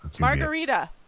Margarita